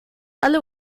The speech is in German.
alle